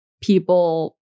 people